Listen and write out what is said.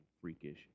freakish